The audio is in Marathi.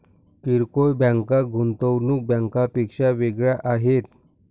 किरकोळ बँका गुंतवणूक बँकांपेक्षा वेगळ्या आहेत